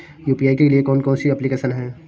UPI के लिए कौन कौन सी एप्लिकेशन हैं?